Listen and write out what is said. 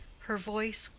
her voice,